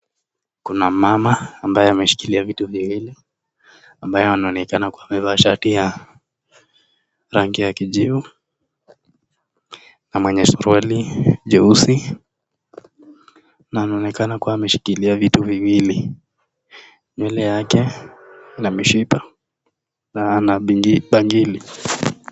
Kuna mama ambaye ameshikilia vitu viwili, ambaye ameonekana amevaa shati ya rangi ya kijivu. Na mwenye sholi jeusi. Na ameonekana kuwa ameshikilia vitu viwili. Nywele yake na mishipa na ana bangili.